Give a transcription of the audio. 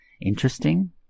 interesting